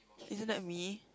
isn't that me